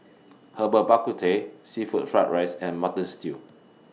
Herbal Bak Ku Teh Seafood Fried Rice and Mutton Stew